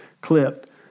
clip